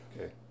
Okay